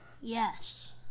Yes